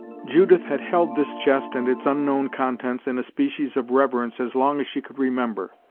judith had held this chest and its unknown contents in a species of reverence as long as she could remember.